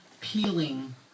peeling